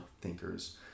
thinkers